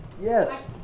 Yes